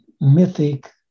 mythic